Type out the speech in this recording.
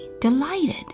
delighted